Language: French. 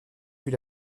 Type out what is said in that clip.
fut